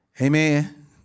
Amen